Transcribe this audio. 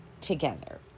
together